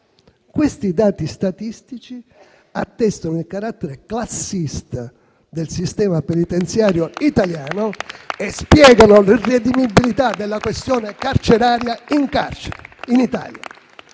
Questi dati statistici attestano il carattere classista del sistema penitenziario italiano e spiegano l'irredimibilità della questione carceraria in Italia.